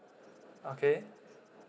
okay